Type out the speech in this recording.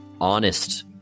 honest